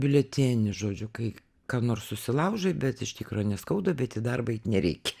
biuletenį žodžiu kai ką nors susilaužai bet iš tikro neskauda bet į darbą eit nereikia